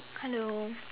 hello